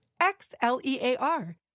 X-L-E-A-R